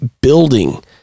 building